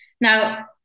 Now